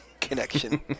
connection